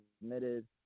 submitted